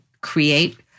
create